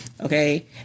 Okay